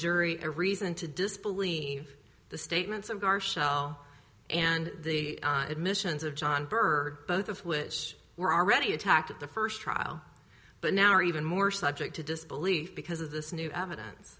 jury a reason to disbelieve the statements of garcelle and the admissions of john bird both of which were already attacked at the first trial but now are even more subject to disbelief because of this new